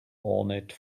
ornate